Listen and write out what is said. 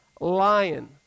lion